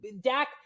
Dak